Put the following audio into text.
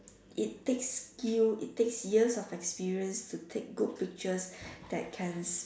it takes few it takes years of experience to take good pictures that can